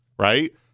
Right